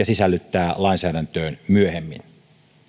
sisällyttää lainsäädäntöön myöhemmin